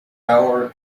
hour